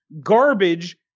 garbage